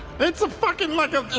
it's a fucking, like a,